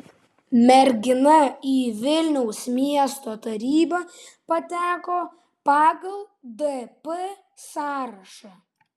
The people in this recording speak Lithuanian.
mergina į vilniaus miesto tarybą pateko pagal dp sąrašą